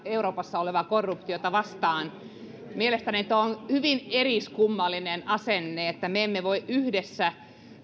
euroopassa olevaa korruptiota vastaan mielestäni tuo on hyvin eriskummallinen asenne että me emme voi yhdessä